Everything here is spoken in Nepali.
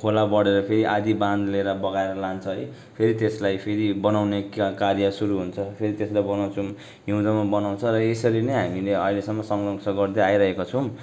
खोला बढेर फेरि आदि बान्द लिएर बगाएर लान्छ है फेरि त्यसलाई फेरि बनाउँने कार्य सुरु हुन्छ फेरि त्यसलाई बनाउँछौँ हिउँदोमा बनाउँछ र यसरी नै हामीले अहिलेसम्म संरक्षण गर्दै आइरहेको छौँ